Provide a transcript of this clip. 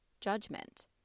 judgment